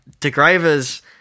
DeGraver's